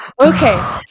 Okay